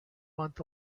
month